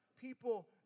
people